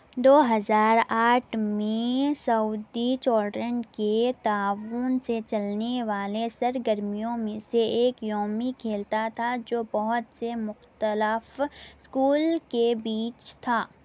دو ہزار آٹھ میں سعودی جورڈن کے تعاون سے چلنے والے سرگرمیوں میں سے ایک یومی کھیلتا تھا جو بہت سے مختلف اسکول کے بیچ تھا